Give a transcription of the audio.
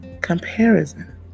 comparison